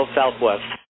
southwest